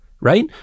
right